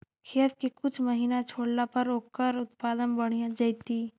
खेत के कुछ महिना छोड़ला पर ओकर उत्पादन बढ़िया जैतइ?